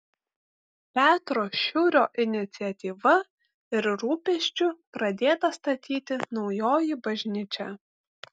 petro šiurio iniciatyva ir rūpesčiu pradėta statyti naujoji bažnyčia